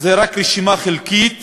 זאת רק רשימה חלקית